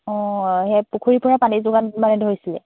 অঁ সেই পুখুৰীৰ পৰা পানী যোগান মানে ধৰিছিলে